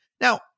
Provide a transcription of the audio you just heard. Now